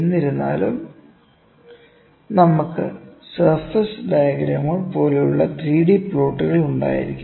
എന്നിരുന്നാലും നമുക്ക് സർഫേസ് ഡയഗ്രമുകൾ പോലുള്ള 3 D പ്ലോട്ടുകളും ഉണ്ടായിരിക്കാം